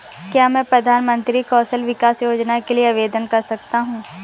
क्या मैं प्रधानमंत्री कौशल विकास योजना के लिए आवेदन कर सकता हूँ?